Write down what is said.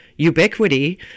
ubiquity